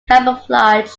camouflage